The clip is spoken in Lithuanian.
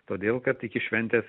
todėl kad iki šventės